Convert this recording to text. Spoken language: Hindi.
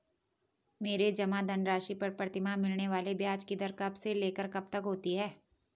मेरे जमा धन राशि पर प्रतिमाह मिलने वाले ब्याज की दर कब से लेकर कब तक होती है?